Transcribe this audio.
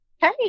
Hey